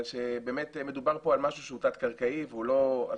בגלל שבאמת מדובר פה על משהו שהוא תת קרקעי והוא לא על